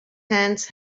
hands